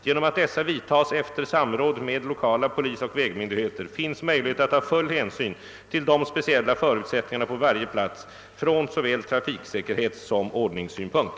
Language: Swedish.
Genom att dessa vidtas efter samråd med lokala polisoch vägmyndigheter finns möjlighet att ta full hänsyn till de speciella förutsättningarna på varje plats från såväl trafiksäkerhetssom ordningssynpunkt.